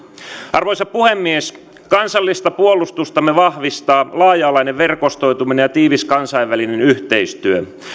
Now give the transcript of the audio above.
arvoisa puhemies kansallista puolustustamme vahvistaa laaja alainen verkostoituminen ja tiivis kansainvälinen yhteistyö